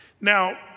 Now